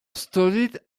studied